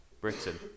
Britain